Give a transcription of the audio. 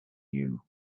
you